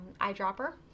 eyedropper